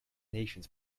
nations